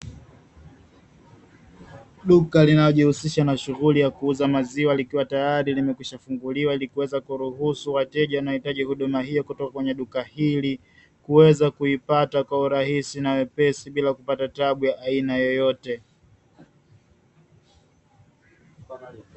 Duka linalojihusisha na shughuli ya kuuza maziwa, likiwa tayari limekwishafunguliwa ili kuweza kuruhusu wateja wanaohitaji huduma hiyo kutoka kwenye duka hili, kuweza kuipata kwa urahisi na wepesi bila kupata taabu ya aina yoyote.